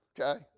Okay